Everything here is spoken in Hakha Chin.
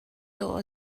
dawh